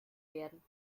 werden